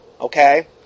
Okay